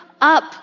up